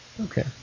Okay